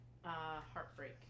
heartbreak